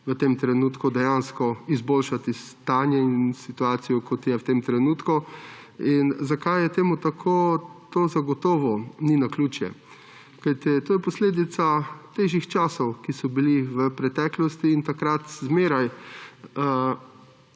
v tem trenutku dejansko izboljšati stanje in situacijo, kot je v tem trenutku. Zakaj je temu tako, to zagotovo ni naključje, kajti to je posledica težjih časov, ki so bili v preteklosti, in takrat se zmeraj